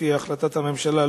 לפי החלטת הממשלה,